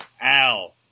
Al